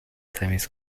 تمیز